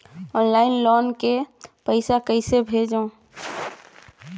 Online loan के पईसा कइसे भेजों?